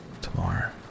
Tomorrow